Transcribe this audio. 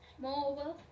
moreover